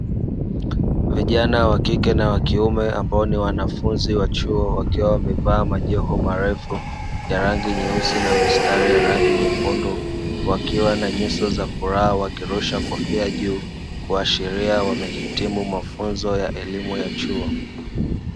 Vijana wa kike na wa kiume ambao ni wanafunzi wa chuo, wakiwa wamevaa majoho marefu ya rangi nyeusi na mistari ya rangi nyekundu, wakiwa na nyuso za furaha wakirusha kofia juu kuashiria wamehitimu mafunzo ya elimu ya chuo.